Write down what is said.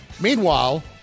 Meanwhile